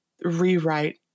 rewrite